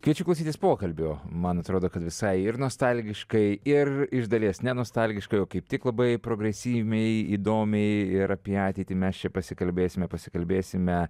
kviečiu klausytis pokalbio man atrodo kad visai ir nostalgiškai ir iš dalies ne nostalgiškai o kaip tik labai progresyviai įdomiai ir apie ateitį mes čia pasikalbėsime pasikalbėsime